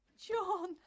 John